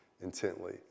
intently